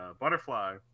butterfly